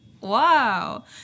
Wow